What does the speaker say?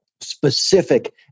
specific